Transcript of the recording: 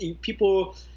people